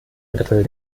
drittel